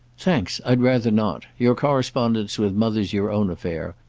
thanks, i'd rather not. your correspondence with mother's your own affair.